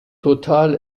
total